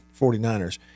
49ers